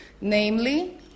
namely